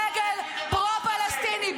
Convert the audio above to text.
-- סגל פרו-פלסטיני.